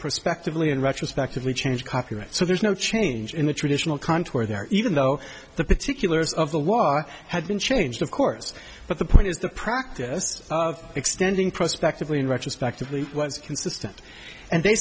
prospectively and retrospectively change copyright so there's no change in the traditional contour there even though the particulars of the law had been changed of course but the point is the practice of extending prospect of lean retrospectively was consistent and they